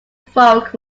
folk